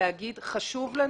לנו